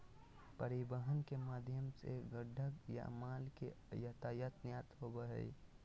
परिवहन के माध्यम से गुड्स या माल के आयात निर्यात होबो हय